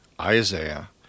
Isaiah